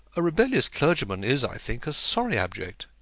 a rebellious clergyman is, i think, a sorry object.